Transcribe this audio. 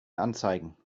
anzeigen